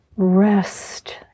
Rest